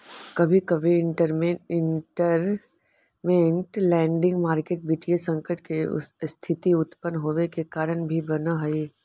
कभी कभी इंटरमेंट लैंडिंग मार्केट वित्तीय संकट के स्थिति उत्पन होवे के कारण भी बन जा हई